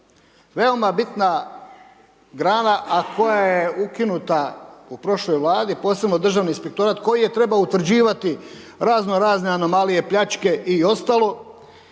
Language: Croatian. veoma bitna grana, a koja je ukinuta u prošloj Vladi, posebno državni inspektorat, koji je trebao utvrđivati razno razne anomalije, pljačke i ostalo,